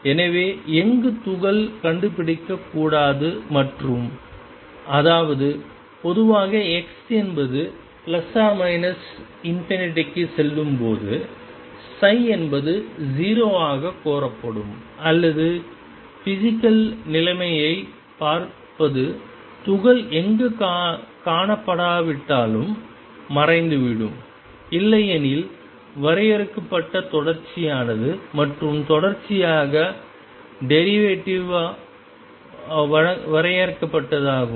எனவே எங்கு துகள் கண்டுபிடிக்கப்படக்கூடாது மற்றும் அதாவது பொதுவாக x என்பது±∞ க்கு செல்லும்போது என்பது 0 ஆகக் கோரப்படும் அல்லது பிசிகல் நிலைமையைப் பார்ப்பது துகள் எங்கு காணப்படாவிட்டாலும் மறைந்துவிடும் இல்லையெனில் வரையறுக்கப்பட்ட தொடர்ச்சியானது மற்றும் தொடர்ச்சியாக டெரிவேட்டிவ் வரையறுக்கப்பட்டதாகும்